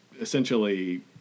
essentially